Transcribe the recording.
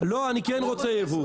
לא, אני כן רוצה ייבוא.